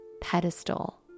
pedestal